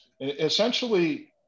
essentially